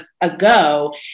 ago